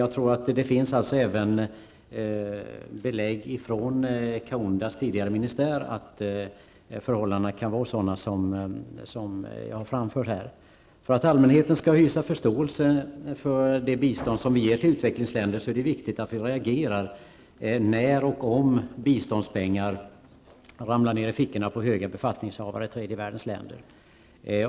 Det finns således även belägg från Kaundas tidigare ministär på att förhållandena kan vara sådana som jag har framfört här. För att allmänheten skall hysa förståelse för det bistånd som vi ger till utvecklingsländer är det viktigt att vi reagerar när och om biståndspengar ramlar ner i fickorna på höga befattningshavare i tredje världens länder.